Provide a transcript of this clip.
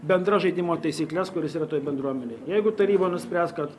bendras žaidimo taisykles kuris yra toj bendruomenėj jeigu taryba nuspręs kad